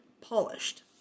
polished